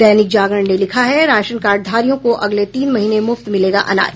दैनिक जागरण ने लिखा है राशन कार्डधारियों को अगले तीन महीने मुफ्त मिलेगा अनाज